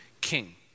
king